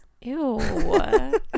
Ew